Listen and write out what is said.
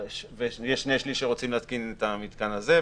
ויש שני-שליש שרוצים להתקין את המתקן הזה,